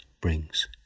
brings